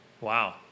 Wow